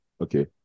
okay